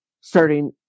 starting